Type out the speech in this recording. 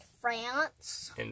France